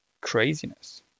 craziness